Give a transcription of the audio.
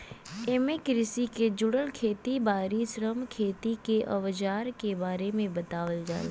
एमे कृषि के जुड़ल खेत बारी, श्रम, खेती के अवजार के बारे में बतावल जाला